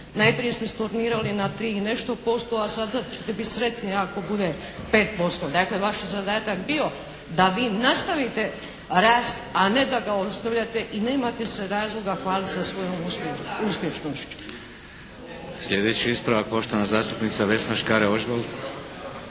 Najprije ste stornirali na 3 i nešto posto, a sada ćete biti sretni ako bude 5%. Dakle vaš je zadatak bio da vi nastavite rast, a ne da ga ostavljate i nemate se razloga hvaliti sa svojom uspješnošću. **Šeks, Vladimir (HDZ)** Sljedeći ispravak, poštovana zastupnica Vesna Škare Ožbolt.